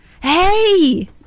Hey